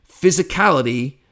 physicality